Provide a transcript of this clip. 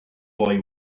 boy